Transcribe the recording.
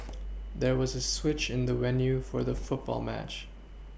there was a switch in the venue for the football match